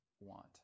want